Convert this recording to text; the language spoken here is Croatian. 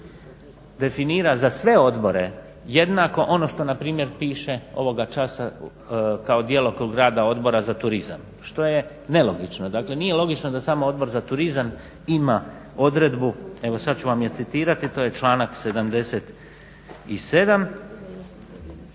definira za sve odbore jednako ono što na primjer piše ovoga časa kao djelokrug rada Odbora za turizam što je nelogično. Dakle, nije logično da samo Odbor za turizam ima odredbu, evo sad ću vam je citirati to je članak 77.